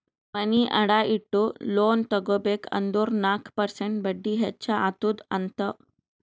ಮನಿ ಅಡಾ ಇಟ್ಟು ಲೋನ್ ತಗೋಬೇಕ್ ಅಂದುರ್ ನಾಕ್ ಪರ್ಸೆಂಟ್ ಬಡ್ಡಿ ಹೆಚ್ಚ ಅತ್ತುದ್ ಅಂತ್